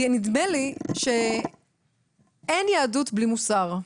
נדמה לי שאין יהדות בלי מוסר,